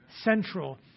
central